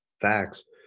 Facts